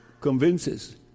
convinces